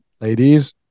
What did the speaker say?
ladies